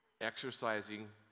exercising